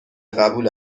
قبول